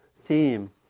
theme